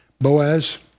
Boaz